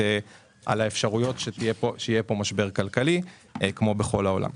על האפשרויות שיהיה פה משבר כלכלי כמו בכל העולם.